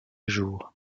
jours